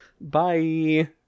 Bye